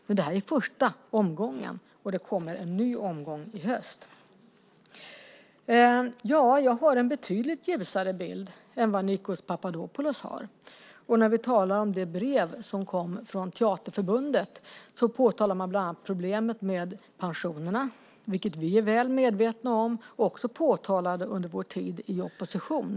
Men det här är första omgången, och det kommer en ny omgång i höst. Ja, jag har en betydligt ljusare bild än vad Nikos Papadopoulos har. I det brev som kom från Teaterförbundet påtalar man bland annat problemet med pensionerna, vilket vi är väl medvetna om och också påtalade under vår tid i opposition.